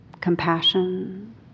compassion